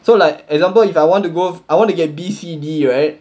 so like example if I want to go I want to get B C D right